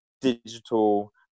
digital